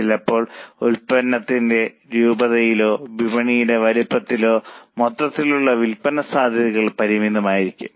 ചിലപ്പോൾ വിൽപ്പനയുടെ രൂപയിലോ വിപണിയുടെ വലിപ്പത്തിലോ മൊത്തത്തിലുള്ള വിൽപ്പന സാധ്യതകൾ പരിമിതമായിരിക്കും